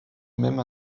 même